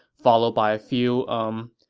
followed by a few, umm,